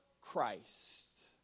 Christ